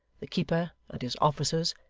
the keeper, and his officers,